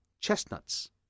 chestnuts